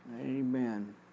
Amen